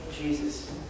Jesus